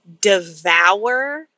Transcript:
devour